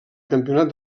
campionat